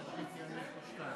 איימן עודה, לא נמצא,